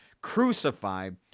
crucified